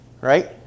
Right